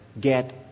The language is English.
get